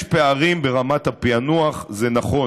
יש פערים ברמת הפענוח, זה נכון.